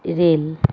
rail